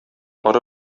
ары